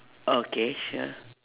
okay sure